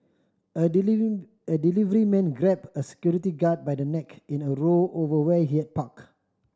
a a delivery man grabbed a security guard by the neck in a row over where he had parked